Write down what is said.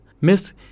Miss